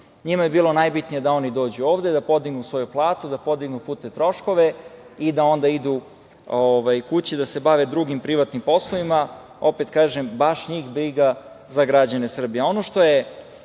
Njima je bilo najbitnije da dođu ovde, da podignu svoju platu, da podignu putne troškove i da onda idu kući da se bave drugim privatnim poslovima. Opet kažem, baš njih briga za građane Srbije. Ono